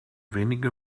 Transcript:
wenige